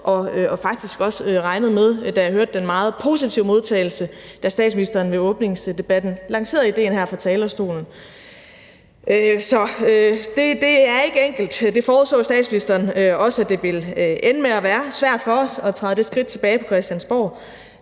og faktisk også regnet med, da jeg hørte den meget positive modtagelse, da statsministeren ved åbningsdebatten lancerede idéen her fra talerstolen. Så det er ikke enkelt. Statsministeren forudså også, at det ville ende med at være svært for os på Christiansborg